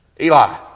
Eli